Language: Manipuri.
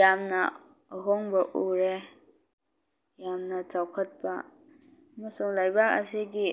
ꯌꯥꯝꯅ ꯑꯍꯣꯡꯕ ꯎꯔꯦ ꯌꯥꯝꯅ ꯆꯥꯎꯈꯠꯄ ꯑꯃꯁꯨꯡ ꯂꯩꯕꯥꯛ ꯑꯁꯤꯒꯤ